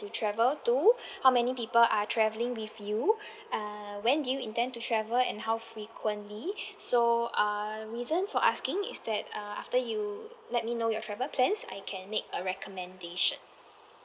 travel to how many people are travelling with you uh when do you intend to travel and how frequently so uh reason for asking is that uh after you let me know your travel plans I can make a recommendation